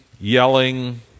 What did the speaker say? yelling